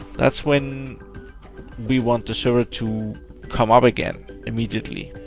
that's when we want the server to come up again immediately.